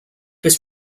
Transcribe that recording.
was